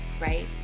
right